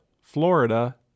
florida